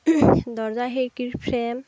দৰ্জা খিৰিকিৰ ফ্ৰেম